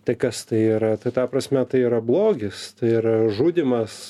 tai kas tai yra ta ta prasme tai yra blogis tai yra žudymas